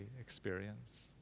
experience